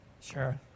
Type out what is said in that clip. sure